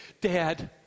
Dad